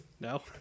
No